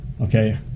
okay